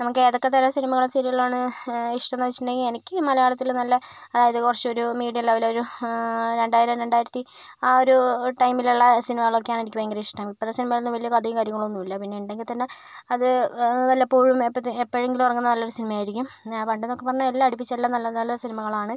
നമുക്ക് ഏതൊക്കെ തരം സിനിമകളും സീരിയലുകളും ആണ് ഇഷ്ട്ടം എന്നു വെച്ചിട്ടുണ്ടെങ്കിൽ എനിക്ക് മലയാളത്തില് നല്ല അതായത് കുറച്ചൊരു മീഡിയം ലെവലൊരു രണ്ടായിരം രണ്ടായിരത്തി ആ ഒരു ടൈമിലുള്ള സിനിമകളൊക്കെയാണ് എനിക്ക് ഭയങ്കര ഇഷ്ട്ടം ഇപ്പത്തെ സിനിമയിലൊന്നും വലിയ കഥയും കാര്യങ്ങളൊന്നും ഇല്ല പിന്നെ ഉണ്ടെങ്കിൽ തന്നെ അത് വല്ലപ്പോഴും എപ്പത്തെ എപ്പോഴെങ്കിലും ഇറങ്ങുന്ന നല്ലൊരു സിനിമയായിരിക്കും പണ്ട് എന്നൊക്കെ പറഞ്ഞാൽ എല്ലാം അടുപ്പിച്ച് എല്ലാം നല്ല നല്ല സിനിമകളാണ്